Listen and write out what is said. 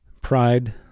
Pride